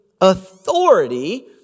authority